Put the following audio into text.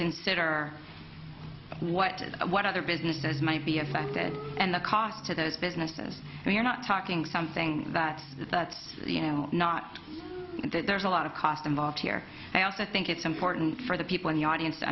consider what is what other businesses might be affected and the cost to those businesses and we're not talking something that that's you know not that there's a lot of cost involved here and i also think it's important for the people in the audience to